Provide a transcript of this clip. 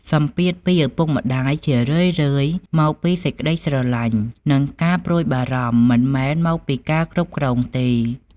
សម្ពាធពីឪពុកម្ដាយ ជារឿយៗមកពីសេចក្ដីស្រលាញ់ និងការព្រួយបារម្ភ មិនមែនមកពីការគ្រប់គ្រងទេ។